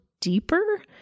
deeper